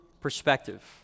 perspective